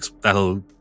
that'll